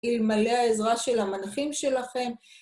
אלמלא העזרה של המנחים שלכם.